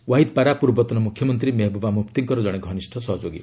ୱାହିଦ୍ ପାରା ପୂର୍ବତନ ମୁଖ୍ୟମନ୍ତ୍ରୀ ମେହେବୁବା ମୁଫ୍ତିଙ୍କର କଣେ ଘନିଷ୍ଠ ସହଯୋଗୀ